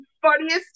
funniest